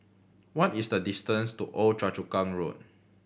what is the distance to Old Choa Chu Kang Road